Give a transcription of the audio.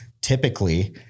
Typically